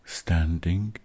standing